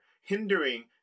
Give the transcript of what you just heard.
hindering